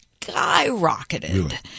skyrocketed